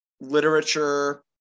Literature